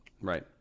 Right